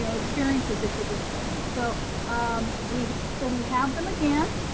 so experiences that you've experienced. so um we so we have them again.